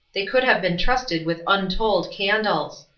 they could have been trusted with untold candles.